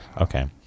okay